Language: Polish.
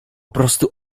prostu